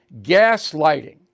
Gaslighting